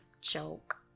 joke